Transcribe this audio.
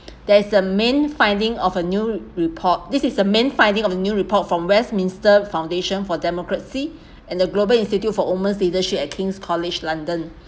there's a main finding of a new re~ report this is a main finding of new report from westminster foundation for democracy and the global institute for women's leadership at king's college london